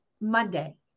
Monday